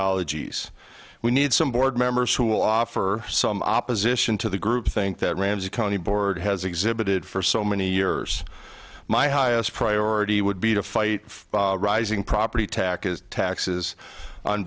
idiology s we need some board members who will offer some opposition to the group think that ramsey county board has exhibited for so many years my highest priority would be to fight rising property taxes taxes on